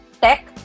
tech